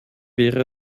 wäre